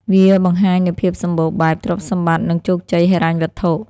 វាបង្ហាញនូវភាពសម្បូរបែប ទ្រព្យសម្បត្តិ និងជោគជ័យហិរញ្ញវត្ថុ។